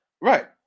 right